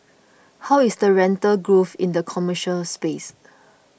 how is the rental growth in the commercial space